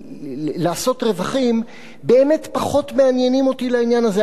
לעשות רווחים, באמת פחות מעניין אותי לעניין הזה.